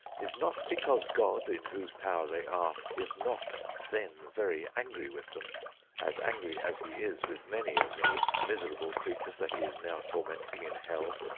is not because god, in whose power they are, is not then very angry with them as angry as he is with many of those miserable creatures that he is now tormenting in hell,